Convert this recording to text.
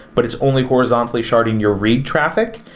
but it's only horizontally sharding your read traffic.